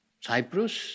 Cyprus